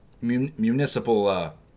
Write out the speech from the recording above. municipal